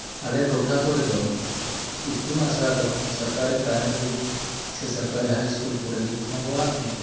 ᱟᱞᱮ ᱴᱚᱴᱷᱟ ᱠᱚᱨᱮ ᱫᱚ ᱤᱛᱩᱱ ᱟᱥᱲᱟ ᱫᱚ ᱥᱚᱨᱠᱟᱨᱤ ᱯᱨᱟᱭᱢᱟᱨᱤ ᱥᱮ ᱥᱚᱨᱠᱟᱨᱤ ᱦᱟᱭ ᱤᱥᱠᱩᱞ ᱠᱚᱨᱮ ᱜᱮ ᱦᱟᱱᱮᱢ ᱨᱚᱲᱟᱜ ᱛᱤᱧᱟᱹ